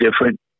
different